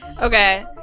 Okay